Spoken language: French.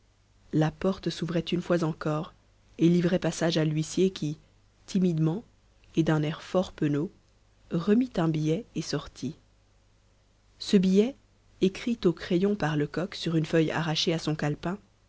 la porte s'ouvrait une fois encore et livrait passage à l'huissier qui timidement et d'un air fort penaud remit un billet et sortit ce billot écrit au crayon par lecoq sur une feuille arrachée à son calepin